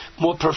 more